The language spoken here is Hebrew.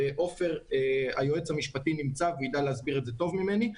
ועופר היועץ המשפטי נמצא ויידע להסביר טוב ממני,